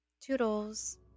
Toodles